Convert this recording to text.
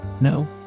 No